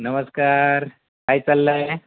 नमस्कार काय चाललं आहे